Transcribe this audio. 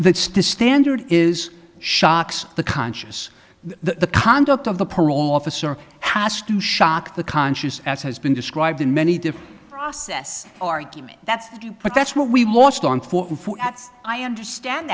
that's to standard is shocks the conscious the conduct of the parole officer has to shock the conscious as has been described in many different process argument that's the part that's what we've lost on for that's i understand